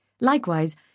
Likewise